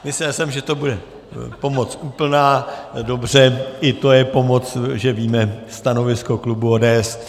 Myslel jsem, že to bude pomoc úplná, dobře, i to je pomoc, že víme stanovisko klubu ODS.